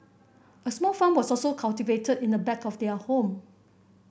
a small farm was also cultivated in the back of their home